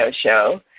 show